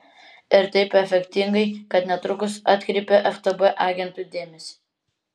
ir taip efektingai kad netrukus atkreipia ftb agentų dėmesį